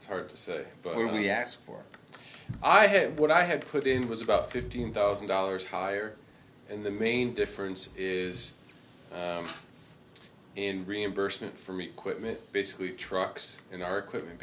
to hard to say but when we asked for i had what i had put in was about fifteen thousand dollars higher and the main difference is in reimbursement for me quitman basically trucks in our equipment